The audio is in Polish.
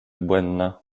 błędna